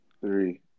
three